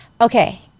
Okay